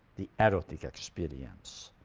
the erotic experience.